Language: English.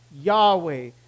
Yahweh